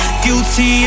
guilty